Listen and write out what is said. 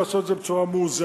לעשות את זה בצורה מאוזנת.